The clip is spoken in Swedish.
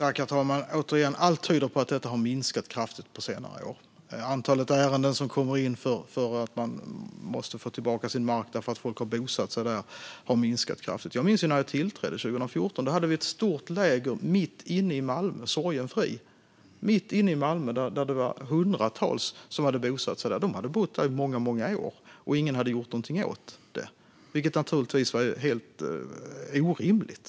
Herr talman! Återigen: Allt tyder på att detta har minskat kraftigt under senare år. Antalet ärenden som kommer in som handlar om att man måste få tillbaka sin mark eftersom folk har bosatt sig där har minskat kraftigt. Jag minns hur det var när jag tillträdde 2014. Då hade vi ett stort läger i Sorgenfri, mitt i Malmö. Det var hundratals människor som hade bosatt sig där. De hade bott där i många, många år, och ingen hade gjort någonting åt det, vilket naturligtvis var helt orimligt.